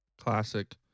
Classic